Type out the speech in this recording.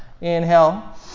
inhale